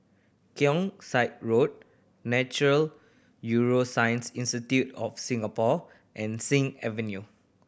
Keong Saik Road Nature Neuroscience Institute of Singapore and Sing Avenue